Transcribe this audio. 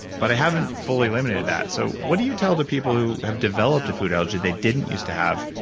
but i haven't fully limited that. so what do you tell the people who have developed a food allergy they didn't use to have?